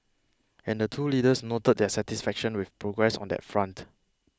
and the two leaders noted their satisfaction with progress on that front